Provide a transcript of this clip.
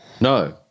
No